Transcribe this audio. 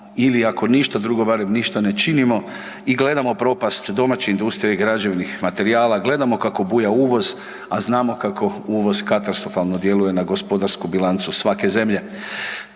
ili ako ništa drugo barem ništa ne činimo i gledamo propast domaće industrije i građevnih materijala, gledamo kako buja uvoz, a znamo kako uvoz katastrofalno djeluje na gospodarsku bilancu svake zemlje.